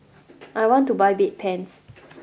I want to buy Bedpans